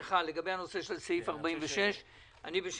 לגבי סעיף 46. תגיד את זה בעצמך.